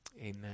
Amen